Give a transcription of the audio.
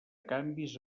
canvis